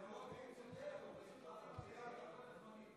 אנחנו פשוט רוצים עמידה בלוחות הזמנים.